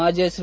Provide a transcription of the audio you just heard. माझे श्री